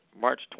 March